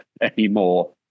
anymore